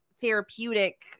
therapeutic